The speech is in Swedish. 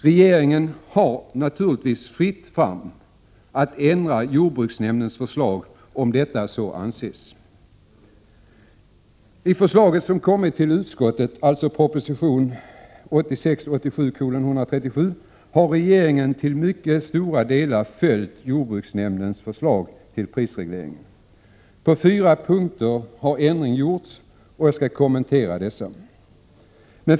Regeringen har naturligtvis fritt fram att ändra jordbruksnämndens förslag om detta så anses. I förslaget som kommit till utskottet, dvs. proposition 1986/87:137, har regeringen till mycket stora delar följt jordbruksnämndens förslag till prisreglering. På fyra punkter har ändringar gjorts. Jag skall kommentera dessa.